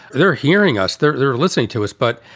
they're hearing us. they're they're listening to us. but,